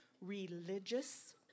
religious